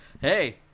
hey